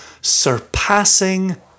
surpassing